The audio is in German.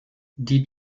die